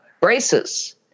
Braces